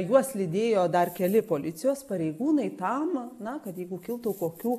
juos lydėjo dar keli policijos pareigūnai tam na kad jeigu kiltų kokių